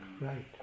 Right